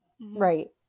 Right